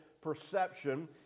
perception